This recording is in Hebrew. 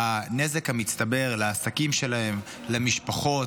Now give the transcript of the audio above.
הנזק המצטבר לעסקים שלהם, למשפחות,